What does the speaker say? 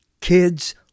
kids